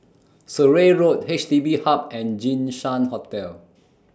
Surrey Road H D B Hub and Jinshan Hotel